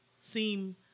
seem